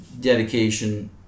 dedication